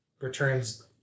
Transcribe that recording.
returns